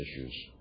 issues